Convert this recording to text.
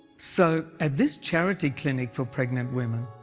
so at this charity clinic for pregnant women,